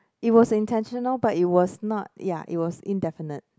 it was intentional but it was not ya it was indefinite